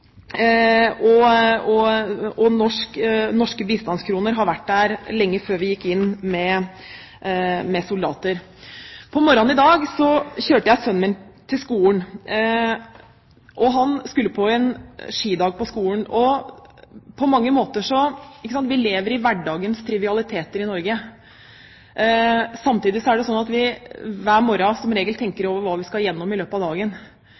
Norske bistandskroner har vært brukt der lenge før vi gikk inn med soldater. På morgenen i dag kjørte jeg sønnen min til skolen – han skulle ha skidag. Vi lever i hverdagens trivialiteter i Norge. Samtidig er det sånn at vi hver morgen som regel tenker over hva vi skal igjennom i løpet av dagen.